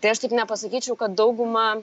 tai aš taip nepasakyčiau kad dauguma